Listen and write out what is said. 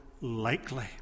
likely